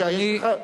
אני,